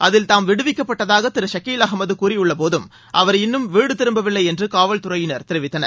அதில் தாம் விடுவிக்கப்பட்டுவிட்டதாக திரு ஷகீல் அகமது கூறியுள்ளபோதும் அவர் இன்னும் வீடு திரும்பவில்லை என்று காவல்துறையினர் தெரிவித்தனர்